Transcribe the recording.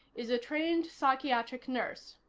is a trained psychiatric nurse.